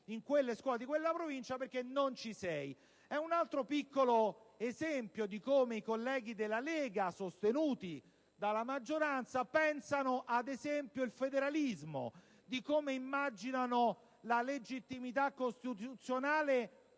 nelle scuole di quella provincia, perché in quella lista non si compare. È un altro piccolo esempio di come i colleghi della Lega, sostenuti dalla maggioranza, pensano, ad esempio, il federalismo, di come immaginano la legittimità costituzionale